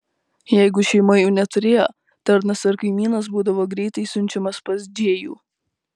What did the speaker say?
jeigu šeima jų neturėjo tarnas ar kaimynas būdavo greitai siunčiamas pas džėjų